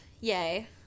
yay